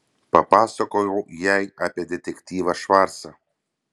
papasakojau jai apie detektyvą švarcą